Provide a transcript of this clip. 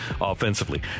offensively